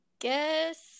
guess